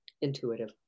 intuitive